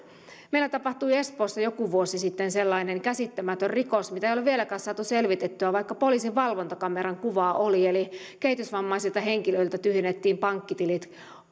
meillä tapahtui espoossa joku vuosi sitten sellainen käsittämätön rikos mitä ei ole vieläkään saatu selvitettyä vaikka poliisin valvontakameran kuvaa oli että kehitysvammaisilta henkilöiltä tyhjennettiin pankkitilit